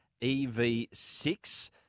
EV6